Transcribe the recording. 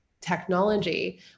technology